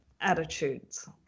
attitudes